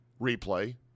replay